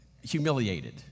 humiliated